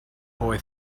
boy